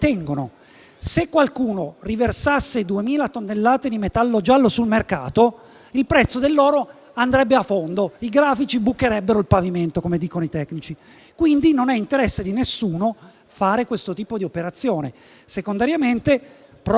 se qualcuno riversasse 2.000 tonnellate di metallo giallo sul mercato, il prezzo dell'oro andrebbe a fondo. I grafici bucherebbero il pavimento, come dicono i tecnici. Quindi, non è interesse di nessuno fare questo tipo di operazione. Secondariamente, proprio per